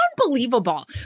unbelievable